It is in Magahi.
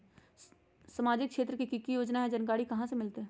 सामाजिक क्षेत्र मे कि की योजना है जानकारी कहाँ से मिलतै?